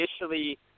initially